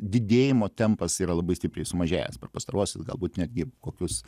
didėjimo tempas yra labai stipriai sumažėjęs per pastaruosius galbūt netgi kokius